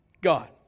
God